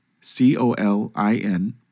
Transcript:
C-O-L-I-N